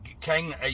King